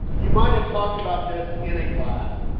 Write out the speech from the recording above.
you might have talked about this in a class.